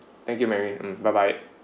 thank you Mary um bye bye